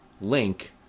link